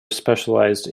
specialised